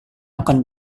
akan